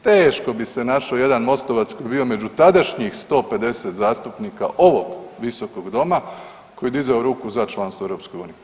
Teško bi se našao jedan Mostovac koji bi među tadašnjih 150 zastupnika ovog Visokog doma koji je dizao ruku za članstvo u EU.